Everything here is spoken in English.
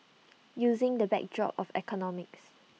using the backdrop of economics